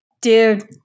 dude